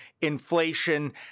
inflation